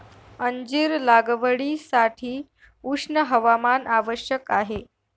अंजीर लागवडीसाठी उष्ण हवामान आवश्यक आहे